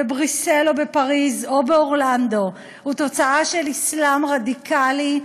בבריסל או בפריז או באורלנדו הוא תוצאה של אסלאם רדיקלי,